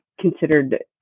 considered